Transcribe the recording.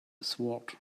sword